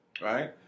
right